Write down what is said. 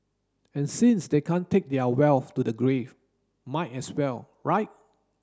and since they can't take their wealth to the grave might as well right